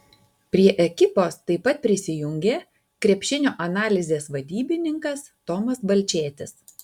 prie ekipos taip pat prisijungė krepšinio analizės vadybininkas tomas balčėtis